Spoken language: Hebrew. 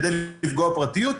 כדי לא לפגוע בפרטיות,